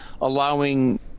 allowing